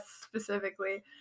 specifically